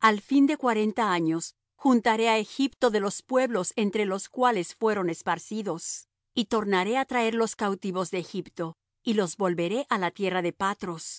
al fin de cuarenta años juntaré á egipto de los pueblos entre los cuales fueren esparcidos y tornaré á traer los cautivos de egipto y los volveré á la tierra de patros